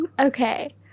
Okay